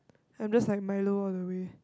I'm just like Milo all the way